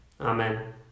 Amen